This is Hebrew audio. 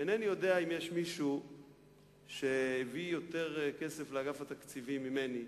אינני יודע אם יש מישהו שהביא יותר כסף לאגף התקציבים ממני,